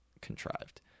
contrived